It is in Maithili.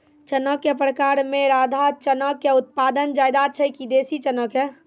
चना के प्रकार मे राधा चना के उत्पादन ज्यादा छै कि देसी चना के?